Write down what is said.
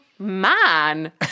Man